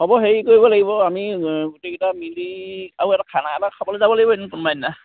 হ'ব হেৰি কৰিব লাগিব আমি গোটেইকেইটা মিলি আৰু এটা খানা এটা খাবলৈ যাব লাগিব এদিন কোনোবা এদিনা